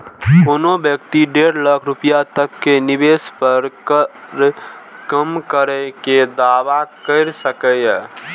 कोनो व्यक्ति डेढ़ लाख रुपैया तक के निवेश पर कर कम करै के दावा कैर सकैए